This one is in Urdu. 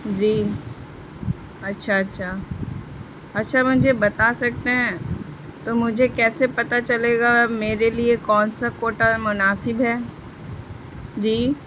جی اچھا اچھا اچھا مجھے بتا سکتے ہیں تو مجھے کیسے پتہ چلے گا میرے لیے کون سا کوٹا مناسب ہے جی